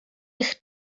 eich